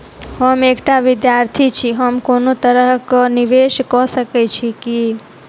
हम एकटा विधार्थी छी, हम कोनो तरह कऽ निवेश कऽ सकय छी की?